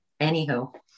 Anywho